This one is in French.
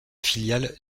filiale